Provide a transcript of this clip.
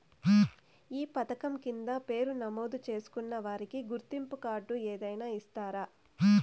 ఈ పథకం కింద పేరు నమోదు చేసుకున్న వారికి గుర్తింపు కార్డు ఏదైనా ఇస్తారా?